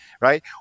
right